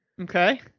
okay